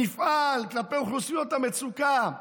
נפעל כלפי אוכלוסיות המצוקה.